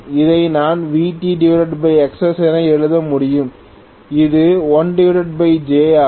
இதை நான் VtXs என எழுத முடியும் இது 1j ஆகும்